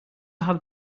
have